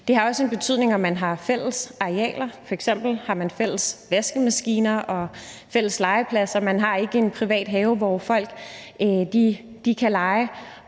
Det har også en betydning, om man har fælles arealer. F.eks. har man fælles vaskemaskiner og fælles legepladser. Man har ikke en privat have, hvor man kan lege,